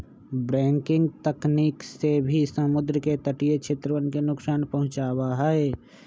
breaking तकनीक से भी समुद्र के तटीय क्षेत्रवन के नुकसान पहुंचावा हई